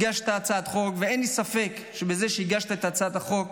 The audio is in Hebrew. הגשת הצעת חוק ואין לי ספק שבזה שהגשת את הצעת החוק